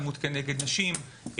אלימות כנגד נשים,